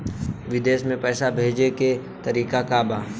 विदेश में पैसा भेजे के तरीका का बा?